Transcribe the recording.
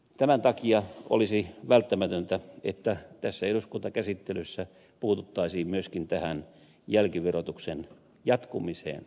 tämän takia olisi välttämätöntä että tässä eduskuntakäsittelyssä puututtaisiin myöskin tähän jälkiverotuksen jatkumiseen